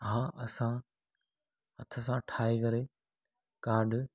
हा असां हथ सां ठाहे करे काड